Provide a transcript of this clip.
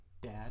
Dad